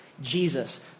Jesus